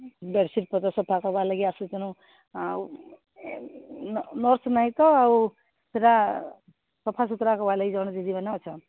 bedsheet ପତ୍ର ସଫା କରିବା ଲାଗି ଆସୁଛନ୍ତି ଆଉ ନର୍ସ ନାହିଁ ତ ଆଉ ସେଟା ସଫା ସୁୁତୁରା କରିବା ଲାଗି ଜଣେ ଦିଦି ମାନେ ଅଛନ୍ତି